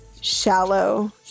shallow